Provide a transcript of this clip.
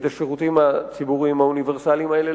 את השירותים הציבוריים האוניברסליים האלה,